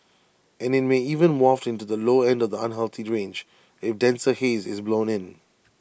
and IT may even waft into the low end of the unhealthy range if denser haze is blown in